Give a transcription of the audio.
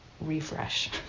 refresh